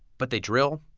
but they drill,